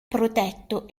protetto